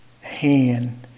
Hand